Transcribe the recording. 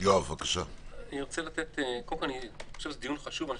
קודם כל אני חושב שזה דיון חשוב אבל